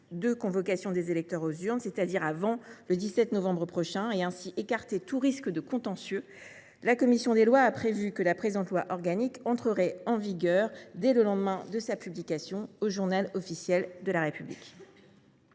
de convocation des électeurs aux urnes, c’est à dire avant le 17 novembre prochain, et ainsi d’écarter tout risque de contentieux, la commission des lois a prévu que la future loi organique entrerait en vigueur dès le lendemain de sa publication au de la République.